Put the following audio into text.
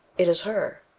it is her.